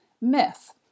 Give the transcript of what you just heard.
Myth